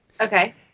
Okay